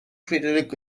credited